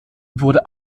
wurde